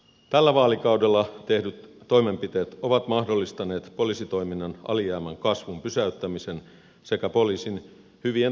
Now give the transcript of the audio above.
tällä vaalikaudella tehdyt toimenpiteet ovat mahdollistaneet poliisitoiminnan alijäämän kasvun pysäyttämisen sekä poliisin hyvien toimintavalmiuksien turvaamisen